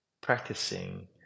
practicing